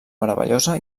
meravellosa